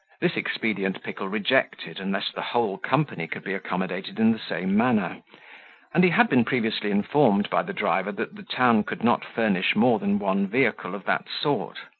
this expedient pickle rejected, unless the whole company could be accommodated in the same manner and he had been previously informed by the driver that the town could not furnish more than one vehicle of that sort.